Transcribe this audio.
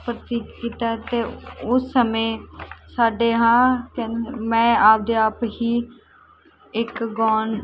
ਪ੍ਰਤੀਕ ਕੀਤਾ ਅਤੇ ਉਸ ਸਮੇਂ ਸਾਡੇ ਹਾਂ ਮੈਂ ਆਪਦੇ ਆਪ ਹੀ ਇੱਕ ਗਾਉਣ